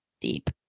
deep